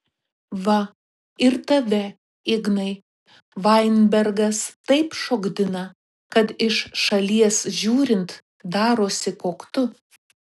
va ir tave ignai vainbergas taip šokdina kad iš šalies žiūrint darosi koktu